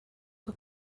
que